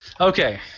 okay